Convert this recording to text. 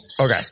Okay